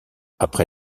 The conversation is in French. après